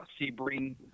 Sebring